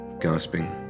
gasping